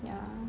ya